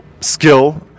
skill